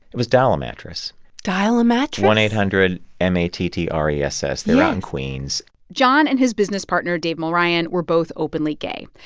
it was dial-a-mattress dial-a-mattress? one eight hundred m a t t r e s s they're out in queens john and his business partner, dave mulryan, were both openly gay.